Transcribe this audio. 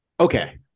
Okay